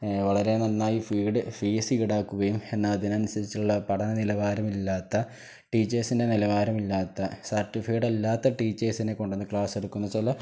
വളരെ നന്നായി ഫീസ് ഈടാക്കുകയും എന്നാല് അതിനനുസരിച്ചുള്ള പഠനനിലവാരമില്ലാത്ത ടീച്ചേഴ്സിൻ്റെ നിലവാരമില്ലാത്ത സർട്ടിഫൈഡ് അല്ലാത്ത ടീച്ചേഴ്സിനെ കൊണ്ടുവന്ന് ക്ലാസ് എടുക്കുന്ന ചില